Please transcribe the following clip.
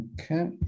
okay